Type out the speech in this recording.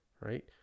Right